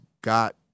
got